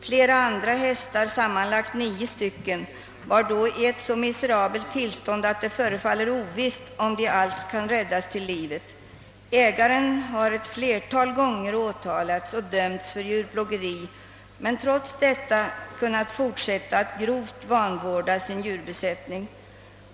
Flera andra hästar, sammanlagt nio stycken, var då i ett så miserabelt tillstånd att det förefaller ovisst om de alls kan räddas till livet. Ägaren har ett flertal gånger åtalats och dömts för djurplågeri, men trots detta kunnat fortsätta att grovt vanvårda sin djurbesättning.